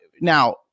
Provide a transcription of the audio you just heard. Now